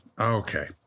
Okay